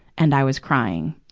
and i was crying.